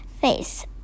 face